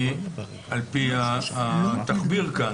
היא על פי התחביר כאן.